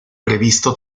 previsto